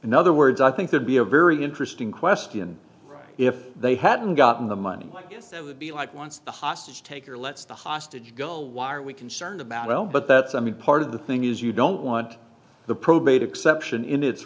in other words i think there'd be a very interesting question if they hadn't gotten the money i guess it would be like once the hostage taker lets the hostage go why are we concerned about well but that's i mean part of the thing is you don't want the probate exception in its